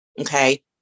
Okay